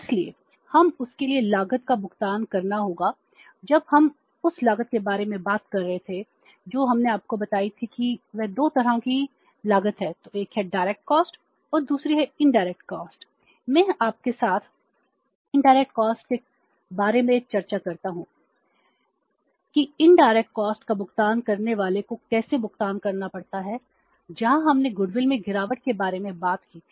इसलिए हमें उसके लिए लागत का भुगतान करना होगा और जब हम उस लागत के बारे में बात कर रहे थे जो हमने आपको बताई थी कि वे दो तरह की लागत मैं गिरावट के बारे में बात की थी